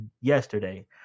yesterday